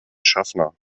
schaffner